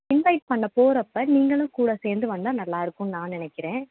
invite பண்ணப் போறப்போ நீங்களும் கூட சேர்ந்து வந்தால் நல்லா இருக்கும்னு நான் நினைக்கிறேன்